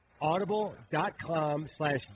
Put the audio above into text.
audible.com/slash